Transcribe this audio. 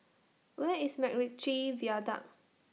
Where IS Macritchie Viaduct